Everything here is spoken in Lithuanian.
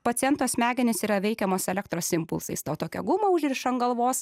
paciento smegenys yra veikiamos elektros impulsais tau tokią gumą užriša ant galvos